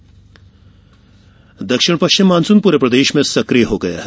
मौसम दक्षिण पश्चिम मॉनसून पूरे प्रदेश में सक्रिय हो गया है